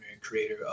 creator